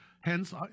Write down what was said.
Hence